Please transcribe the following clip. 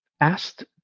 asked